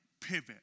pivot